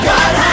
God